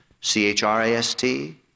C-H-R-A-S-T